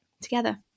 together